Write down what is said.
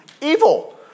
evil